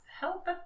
help